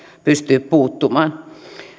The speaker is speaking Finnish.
pystyä puuttumaan